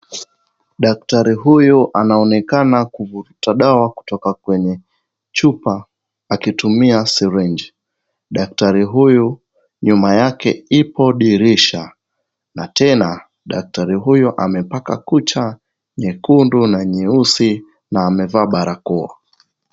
Daktari huyu anaonekana kuvuta dawa kutoka kwenye chupa akitumia sirinji. Daktari huyu nyuma yake ipo dirisha na tena dakatari huyu amepaka kucha nyekundu na nyeusi na amevaa barakoa.